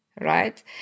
right